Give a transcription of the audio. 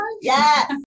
yes